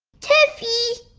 taffy!